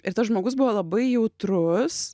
ir tas žmogus buvo labai jautrus